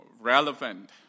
relevant